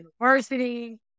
University